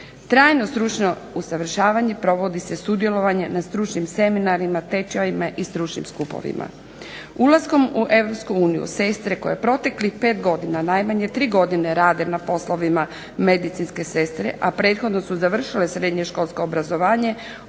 Trajno stručno usavršavanje provodi se sudjelovanjem na stručnim seminarima, tečajevima i skupovima. Ulaskom u Europsku uniju sestre koje proteklih pet godina, najmanje tri godine rade na poslovima medicinske sestre a prethodno su završile srednje školsko obrazovanje,